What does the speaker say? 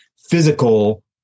physical